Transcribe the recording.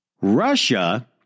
Russia